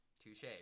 Touche